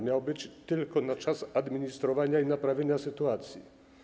Miał być tylko na czas administrowania i naprawienia sytuacji.